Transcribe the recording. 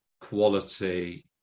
quality